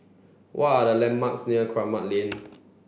what are the landmarks near Kramat Lane